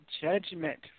judgment